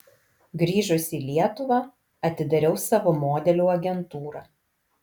grįžusi į lietuvą atidariau savo modelių agentūrą